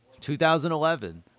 2011